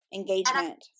engagement